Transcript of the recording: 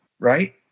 right